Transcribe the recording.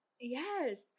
yes